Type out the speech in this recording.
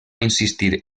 insistir